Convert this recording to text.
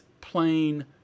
plain